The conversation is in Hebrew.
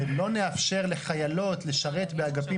כשאנחנו באים לבקר את עבודת הממשלה בכל מיני גופים